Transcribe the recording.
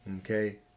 okay